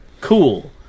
Cool